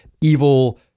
evil